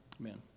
Amen